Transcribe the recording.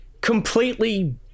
completely